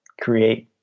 create